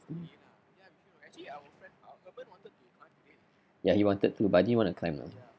ya he wanted to but I didn't want to climb lah